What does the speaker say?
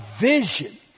vision